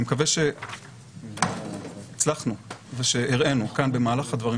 אני מקווה שהצלחנו ושהראנו כאן במהלך הדברים